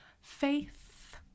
Faith